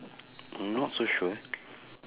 I'm not so sure